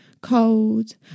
cold